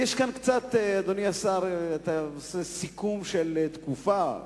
אדוני השר, אתה עושה סיכום של תקופה,